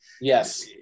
Yes